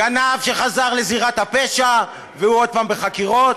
גנב שחזר לזירת הפשע והוא עוד פעם בחקירות.